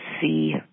see